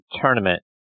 tournament